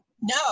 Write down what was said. no